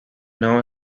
now